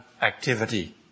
activity